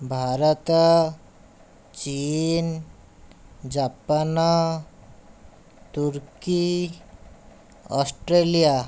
ଭାରତ ଚୀନ ଜାପାନ ତୁର୍କୀ ଅଷ୍ଟ୍ରେଲିଆ